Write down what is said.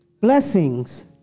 blessings